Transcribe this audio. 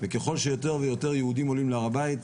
וככל שיותר ויותר יהודים עולים להר הבית,